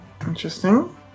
Interesting